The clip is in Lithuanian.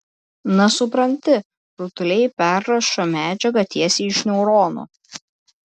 na supranti rutuliai perrašo medžiagą tiesiai iš neuronų